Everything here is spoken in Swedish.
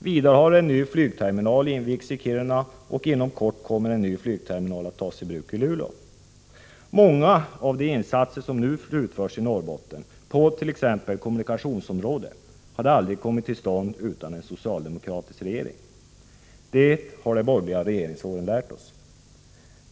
Vidare har en ny flygterminal invigts i Kiruna, och inom kort kommer en ny flygterminal att tas i bruk i Luleå. Många av de insatser som nu slutförs i Norrbotten på t.ex. kommunikationsområdet hade aldrig kommit till stånd utan en socialdemokratisk regering. Det har de borgerliga regeringsåren lärt oss.